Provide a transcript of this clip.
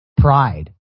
pride